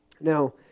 Now